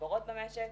בחברות במשק.